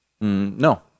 No